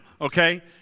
Okay